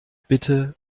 bitte